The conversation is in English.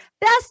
best